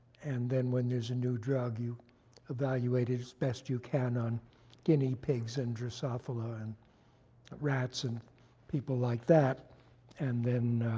and then when there's a new drug, you evaluate it as best you can on guinea pigs and drosophila and rats and people like that and then